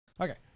Okay